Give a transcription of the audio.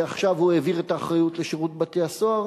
ועכשיו הוא העביר את האחריות לשירות בתי-הסוהר,